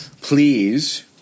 please –